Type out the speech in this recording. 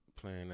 playing